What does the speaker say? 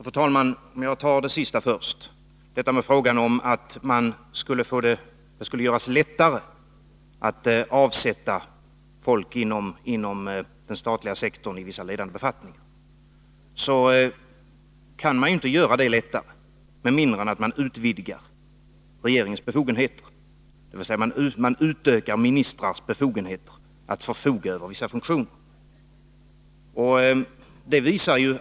Fru talman! Jag tar det sista först, frågan om att det skulle göras lättare att avsätta folk i vissa ledande befattningar inom den statliga sektorn. Det kan man inte åstadkomma med mindre än att man utvidgar regeringens befogenheter, dvs. man utökar ministrarnas befogenheter att förfoga över vissa funktioner.